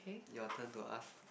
your turn to ask